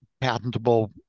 patentable